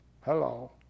Hello